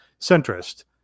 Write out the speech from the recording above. centrist